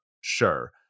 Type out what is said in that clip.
sure